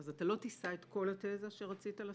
אתה לא תישא את כל התזה שרצית לשאת,